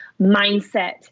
mindset